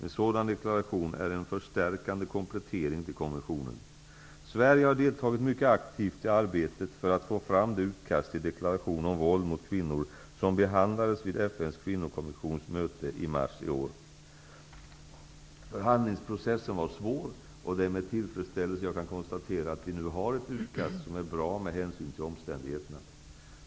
En sådan deklaration är en förstärkande komplettering till konventionen. Sverige har deltagit myckt aktivt i arbetet för att få fram det utkast till deklaration om våld mot kvinnor som behandlades vid FN:s kvinnokommissions möte i mars i år. Förhandlingsprocessen var svår, och det är med tillfredsställelse jag kan konstatera att vi nu har ett utkast som är bra med hänsyn till omständigheterna.